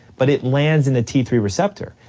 but it lands in the t three receptor.